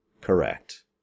correct